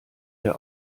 der